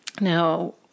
Now